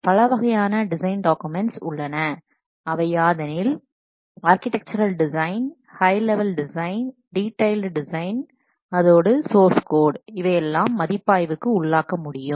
பலவகையான design documents உள்ளன அவை யாதெனில் architectural design high level design detailed design அதோடு சோர்ஸ் கோட் இவையெல்லாம் மதிப்பாய்வுக்கு உள்ளாக்க முடியும்